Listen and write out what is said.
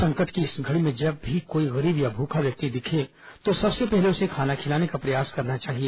संकट की इस घड़ी में जब भी कोई गरीब या भूखा व्यक्ति दिखे तो सबसे पहले उसे खाना खिलाने का प्र यास करना चाहिए